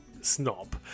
snob